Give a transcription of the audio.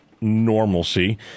normalcy